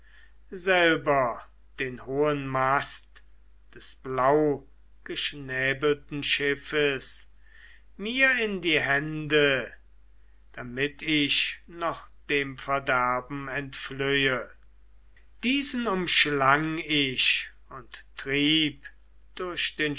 selber den hohen mast des blaugeschnäbelten schiffes mir in die hände damit ich noch dem verderben entflöhe diesen umschlang ich und trieb durch den